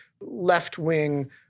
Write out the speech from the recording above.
left-wing